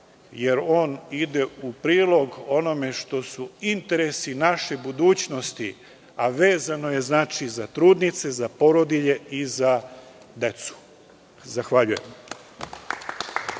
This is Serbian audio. jer on ide u prilog onome što su interesi naše budućnosti, a vezano je za trudnice, za porodilje i za decu. Zahvaljujem.